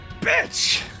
bitch